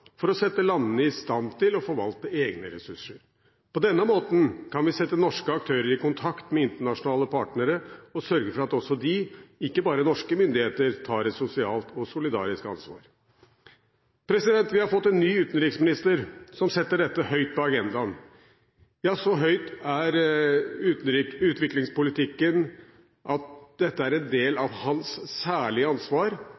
for å sette landene i stand til å forvalte egne ressurser. På denne måten kan vi sette norske aktører i kontakt med internasjonale partnere og sørge for at også de – ikke bare norske myndigheter – tar et sosialt og solidarisk ansvar. Vi har fått en ny utenriksminister som setter dette høyt på agendaen. Ja, så høyt står utviklingspolitikken at dette er en del